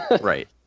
Right